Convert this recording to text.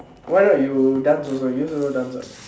why not you dance also you used to do dance what